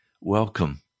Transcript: welcome